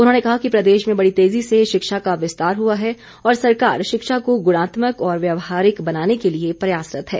उन्होंने कहा कि प्रदेश में बड़ी तेजी से शिक्षा का विस्तार हुआ है और सरकार शिक्षा को गुणात्मक और व्यावहारिक बनाने के लिए प्रयासरत है